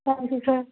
thank you sir